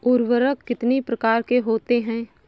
उर्वरक कितनी प्रकार के होता हैं?